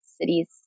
cities